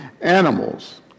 animals